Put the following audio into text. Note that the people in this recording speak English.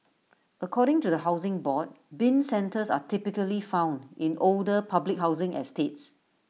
according to the Housing Board Bin centres are typically found in older public housing estates